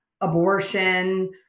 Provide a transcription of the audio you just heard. abortion